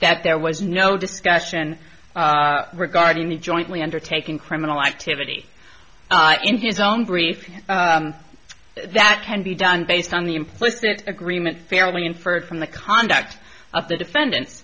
that there was no discussion regarding the jointly undertaken criminal activity in his own brief that can be done based on the implicit agreement fairly inferred from the conduct of the defendant